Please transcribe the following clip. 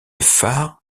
phare